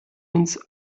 uns